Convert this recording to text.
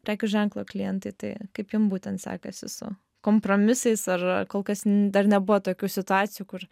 prekių ženklo klientai tai kaip jum būtent sekasi su kompromisais ar kol kas dar nebuvo tokių situacijų kur